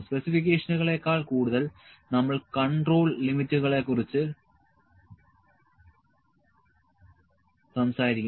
സ്പെസിഫിക്കേഷനുകളേക്കാൾ കൂടുതൽ നമ്മൾ കണ്ട്രോൾ ലിമിറ്റുകളെക്കുറിച്ച് സംസാരിക്കും